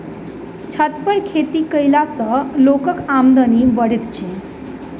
छत पर खेती कयला सॅ लोकक आमदनी बढ़ैत छै